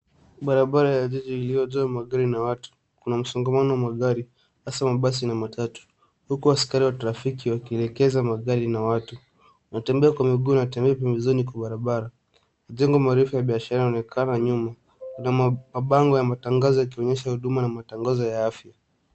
Barabara ya jiji iliyojaa magari na watu. Kuna msongamano wa magari hasa mabasi na matatu. Huku askari wa trafiki wakielekeza magari na watu. Watembea kwa miguu wanatembea pembezoni kwa barabara. Majengo marefu ya biashara yanaonekana nyuma. Kuna mabango ya mayangazo yakionyesha huduma na matangazo ya afya.